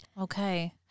Okay